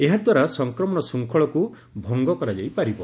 ଏହାଦ୍ୱାରା ସଂକ୍ରମଣ ଶୃଙ୍ଖଳକୁ ଭଙ୍ଗ କରାଯାଇ ପାରିବ